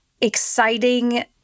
exciting